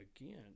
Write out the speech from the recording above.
again